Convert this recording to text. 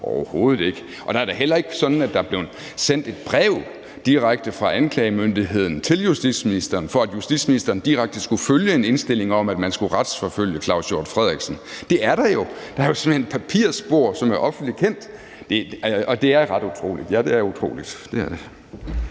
overhovedet ikke. Det er da heller ikke sådan, at der blev sendt et brev direkte fra anklagemyndigheden til justitsministeren, for at justitsministeren direkte skulle følge en indstilling om, at man skulle retsforfølge Claus Hjort Frederiksen. Men det er der jo; der er jo simpelt hen papirspor, som er offentligt kendt, og det er ret utroligt, ja, det er utroligt; det er det.